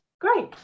great